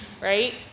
right